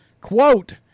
Quote